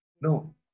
No